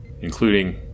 including